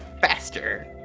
Faster